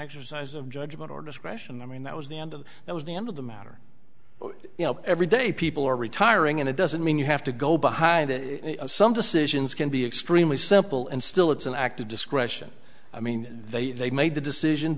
exercise of judgement or discretion i mean that was the end of it was the end of the matter you know every day people are retiring and it doesn't mean you have to go behind it some decisions can be extremely simple and still it's an act of discretion i mean they they made the decision